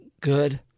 good